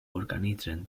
organitzen